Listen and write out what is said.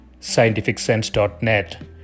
scientificsense.net